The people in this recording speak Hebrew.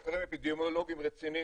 מחקרים אפידמיולוגיים רציניים,